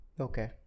Okay